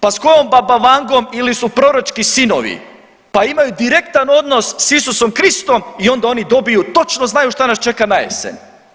Pa s kojom baba Vangom ili su proročki sinovi pa imaju direktan odnos s Isusom Kristom i onda oni dobiju točno znaju šta nas čeka na jesen?